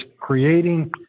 creating